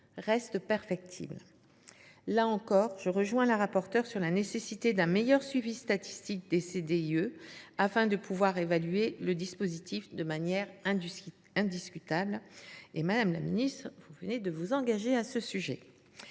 reste perfectible. Là encore, je rejoins Mme le rapporteur sur la nécessité d’un meilleur suivi statistique des CDIE, afin de pouvoir évaluer le dispositif de manière indiscutable. Madame la ministre, vous venez d’ailleurs de vous engager sur ce point.